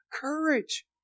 courage